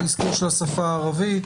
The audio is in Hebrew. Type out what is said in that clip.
האזכור של השפה הערבית,